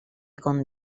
con